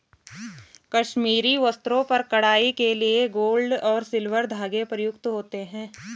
कश्मीरी वस्त्रों पर कढ़ाई के लिए गोल्ड और सिल्वर धागे प्रयुक्त होते हैं